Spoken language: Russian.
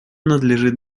надлежит